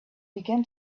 began